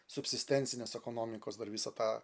subsistencinės ekonomikos dar visą tą